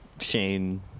Shane